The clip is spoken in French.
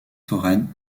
foraine